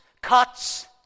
cuts